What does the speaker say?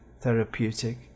therapeutic